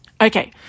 Okay